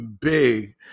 big